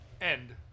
end